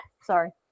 sorry